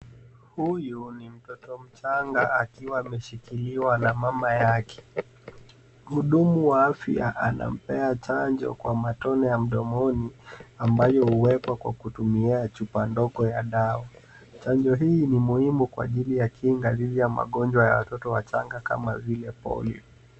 Huyu ni mtoto mchanga akiwa ameshikiliwa na mama yake. Mhudumu wa afya anampea chanjo kwa matone ya mdomoni ambayo huwekwa kwa kutumia chupa ndogo ya dawa. Chanjo hii ni muhimu kwa ajili ya kinga dhidi ya magonjwa ya watoto wachanga kama vile polio.